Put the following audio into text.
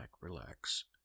relax